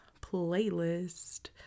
playlist